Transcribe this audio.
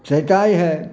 छेकाय है